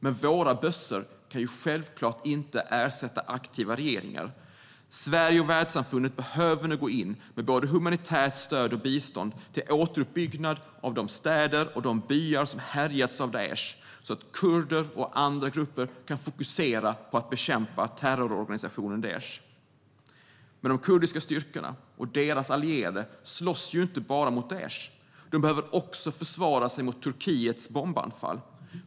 Men våra bössor kan självklart inte ersätta aktiva regeringar. Sverige och världssamfundet behöver nu gå in med både humanitärt stöd och bistånd till återuppbyggnad av de städer och de byar som härjats av Daish, så att kurder och andra grupper kan fokusera på att bekämpa terrororganisationen Daish. Men de kurdiska styrkorna och deras allierade slåss inte bara mot Daish. De behöver också försvara sig mot Turkiets bombanfall.